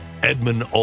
Edmund